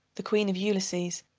the queen of ulysses,